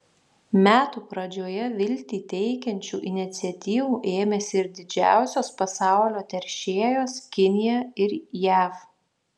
metų pradžioje viltį teikiančių iniciatyvų ėmėsi ir didžiausios pasaulio teršėjos kinija ir jav